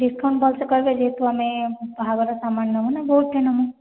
discount ଭଲ୍ସେ କର୍ବେ ଯେହେତୁ ଆମେ ବାହାଘର ସାମାନ ନମୁ ନା ବହୁତ କେ ନମୁ